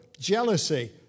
Jealousy